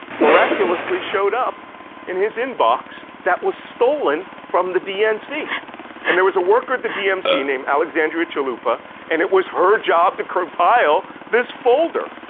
miraculously showed up in his inbox that was stolen from the dnc and there was a worker at the dnc named alexandra chalupa and it was her job to compile this folder.